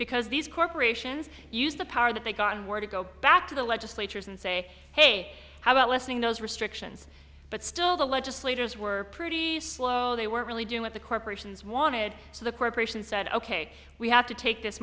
because these corporations use the power that they've gone where to go back to the legislatures and say hey how about lessening those restrictions but still the legislators were pretty slow they weren't really doing what the corporations wanted so the corporations said ok we have to take this